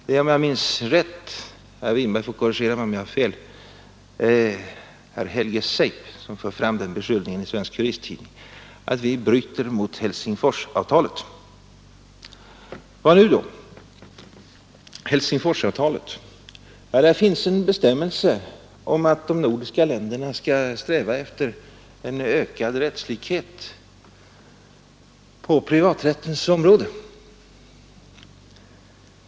Det är om jag minns rätt — herr Winberg får korrigera mig om jag har fel — herr Helge Seip som beskyller oss för att bryta med Helsingforsavtalet. Helsingforsavtalet? Där finns en bestämmelse i avtalet om att de nordiska länderna skall sträva efter en ökad rättslikhet på privaträttens område.